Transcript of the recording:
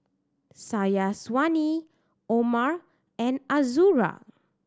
Syazwani Omar and Azura